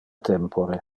tempore